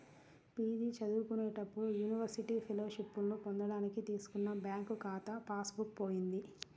PG చదువుకునేటప్పుడు university ఫెలోషిప్పులను పొందడానికి తీసుకున్న బ్యాంకు ఖాతా పాస్ బుక్ పోయింది